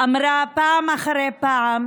אמרה פעם אחרי פעם,